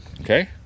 Okay